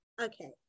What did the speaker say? okay